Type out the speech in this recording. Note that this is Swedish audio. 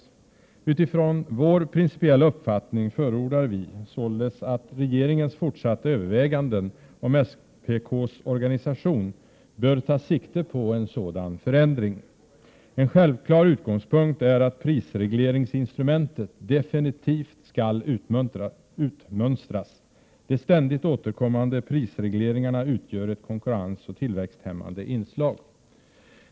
På basis av vår principiella uppfattning förordar vi således att regeringens fortsatta överväganden om SPK:s organisation tar sikte på en sådan "Nodnanng: En självklar utgångspunkt är att prisregleringsinstrumentet definitivt skall utmönstras. De ständigt återkommande prisregleringarna utgör ett konkurrensoch tillväxthämmande inslag.